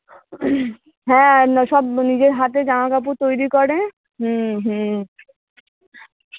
হ্যাঁ না সব নিজের হাতে জামা কাপড় তৈরি করে হুম হুম